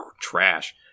trash